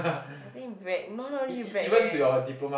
I didn't brag no no you brag eh